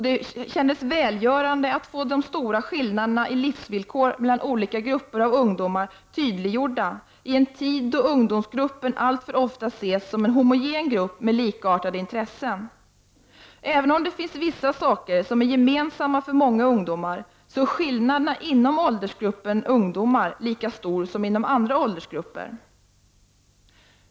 Det kändes välgörande att få de stora skillnaderna livsvillkor mellan olika grupper av ungdomar tydliggjorda i en tid då ungdomsgruppen alltför ofta ses som en homogen grupp med likartade intressen. Även om det finns vissa saker som är gemensamma för många ungdomar, är skillnaderna inom åldersgruppen ungdomar lika stora som inom andra åldersgrupper.